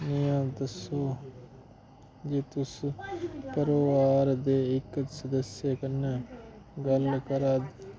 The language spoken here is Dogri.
इ'यां तुस जे तुस परिवार दे इक सदस्य कन्नै गल्ल करा